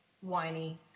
whiny